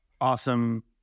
awesome